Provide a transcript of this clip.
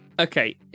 Okay